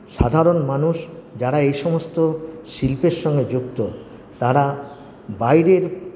সাধারণ মানুষ যারা এই সমস্ত শিল্পের সঙ্গে যুক্ত তারা বাইরের